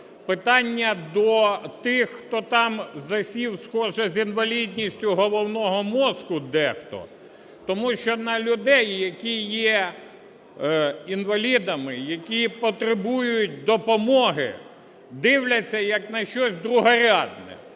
питання до тих, хто там засів, схоже, з інвалідністю головного мозку дехто, тому що на людей, які є інвалідами, які потребують допомоги, дивляться як на щось другорядне.